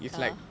ah